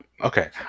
Okay